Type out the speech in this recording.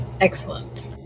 Excellent